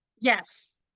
Yes